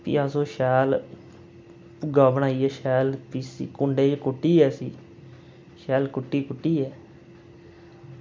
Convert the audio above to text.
भी अस ओह् शैल भुग्गा बनाइयै शैल इसी कुंडे च कुट्टियै इसी शैल कुट्टी कुट्टियै